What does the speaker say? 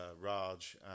Raj